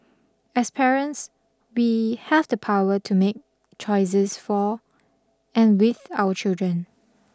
as parents we have the power to make choices for and with our children